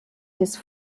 his